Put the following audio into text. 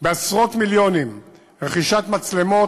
בעשרות מיליונים רכישת מצלמות.